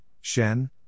Shen